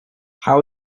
how